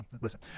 listen